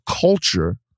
culture